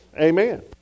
Amen